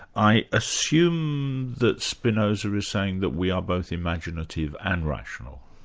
i assume that spinoza is saying that we are both imaginative and rational?